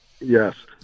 Yes